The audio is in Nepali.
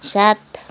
सात